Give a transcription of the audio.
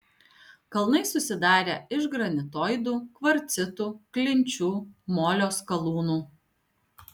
kalnai susidarę iš granitoidų kvarcitų klinčių molio skalūnų